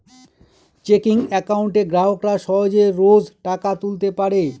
checking একাউন্টে গ্রাহকরা সহজে রোজ টাকা তুলতে পারে